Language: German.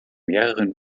mehreren